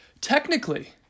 Technically